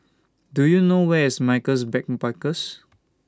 Do YOU know Where IS Michaels Backpackers